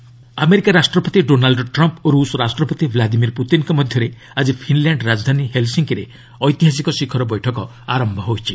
Trump Putin America ରାଷ୍ଟ୍ରପତି Donald Trump ଓ ରୁଷ୍ ରାଷ୍ଟ୍ରପତି ଭ୍ଲାଦିମିର୍ ପୁତିନ୍ଙ୍କ ମଧ୍ୟରେ ଆଜି ଫିନ୍ଲ୍ୟାଣ୍ଡ ରାଜଧାନୀ ହେଲ୍ସିଙ୍କିରେ ଐତିହାସିକ ଶିଖର ବୈଠକ ଆରମ୍ଭ ହୋଇଛି